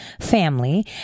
family